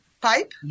pipe